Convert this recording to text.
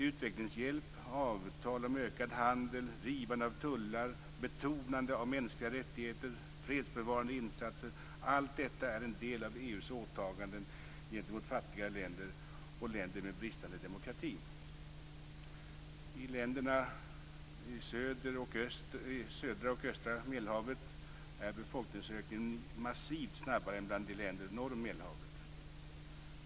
Utvecklingshjälp, avtal om ökad handel, rivande av tullar, betonande av mänskliga rättigheter och fredsbevarande insatser är en del av EU:s åtagande gentemot fattiga länder och länder med bristande demokrati. I länderna söder och öster om Medelhavet är befolkningsökningen massivt snabbare än i länderna norr om Medelhavet.